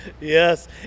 Yes